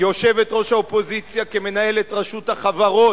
יושבת-ראש האופוזיציה, כמנהלת רשות החברות,